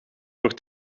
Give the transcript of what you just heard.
voor